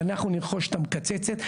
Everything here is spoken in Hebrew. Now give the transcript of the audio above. ואנחנו נרכוש את המקצצת,